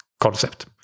concept